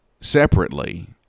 separately